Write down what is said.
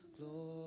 glory